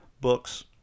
books